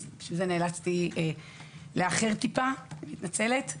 לכן נאלצתי לאחר במקצת,